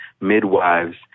midwives